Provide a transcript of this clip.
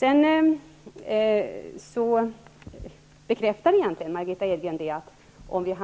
Margitta Edgren bekräftade egentligen att vi, om vi